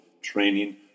training